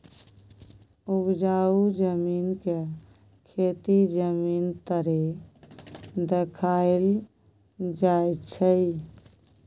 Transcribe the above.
उपजाउ जमीन के खेती जमीन तरे देखाइल जाइ छइ